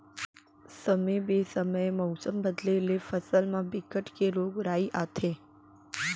समे बेसमय मउसम बदले ले फसल म बिकट के रोग राई आथे